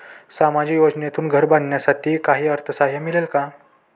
सामाजिक योजनेतून घर बांधण्यासाठी काही अर्थसहाय्य मिळेल का?